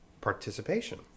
participation